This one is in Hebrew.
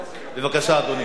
אדוני, בבקשה.